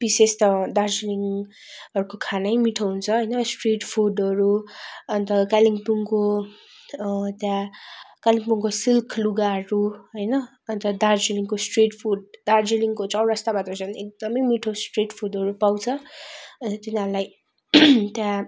विशेष त दार्जिलिङहरूको खानै मिठो हुन्छ स्ट्रिट फुडहरू अन्त कालिम्पोङको त्यो कालिम्पोङको सिल्क लुगाहरू होइन अन्त दार्जिलिङको स्ट्रिट फुड दार्जिलिङको चोरस्तामा त झन् एकदम मिठो स्ट्रिट फुडहरू पाउँछ अन्त तिनीहरूलाई त्यहाँ